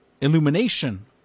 illumination